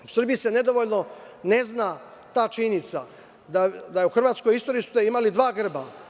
U Srbiji se nedovoljno ne zna ta činjenica, da su u hrvatskoj istoriji imali dva grba.